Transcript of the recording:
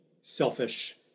selfish